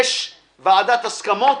יש ועדת הסכמות.